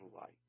light